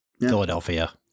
philadelphia